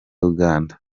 uganda